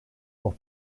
pour